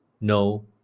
no